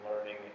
learning